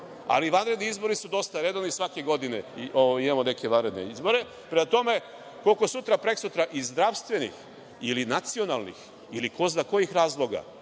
Ali, vanredni izbori u Srbiji su dosta redovni, svake godine imamo neke vanredne izbore. Prema tome, koliko sutra, prekosutra, iz zdravstvenih, nacionalnih ili ko zna kojih razloga,